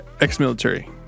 ex-military